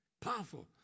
Powerful